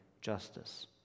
justice